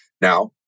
Now